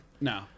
No